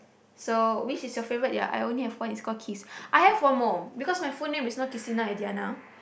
so which is your favourite ya I only have one is call Qis I have one more because my full name is you know Qistina-Adiana